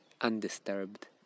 undisturbed